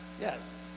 yes